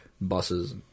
Buses